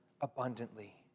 abundantly